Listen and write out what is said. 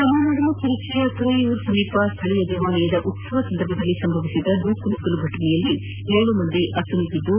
ತಮಿಳುನಾದಿನ ತಿರುಚಿಯ ತುರೈಯೂರ್ ಸಮೀಪ ಸ್ಥಳೀಯ ದೇವಾಲಯದ ಉತ್ಪವದ ಸಂದರ್ಭದಲ್ಲಿ ಸಂಭವಿಸಿದ ಕಾಲ್ತುಳಿತ ಘಟನೆಯಲ್ಲಿ ಏಳು ಮಂದಿ ಭಕ್ತರು ಅಸುನೀಗಿದ್ದು